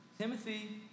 Timothy